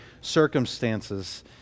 circumstances